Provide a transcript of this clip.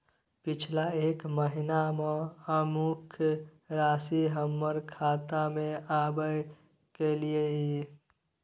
पिछला एक महीना म अमुक राशि हमर खाता में आबय कैलियै इ?